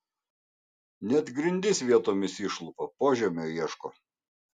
net grindis vietomis išlupa požemio ieško